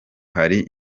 hari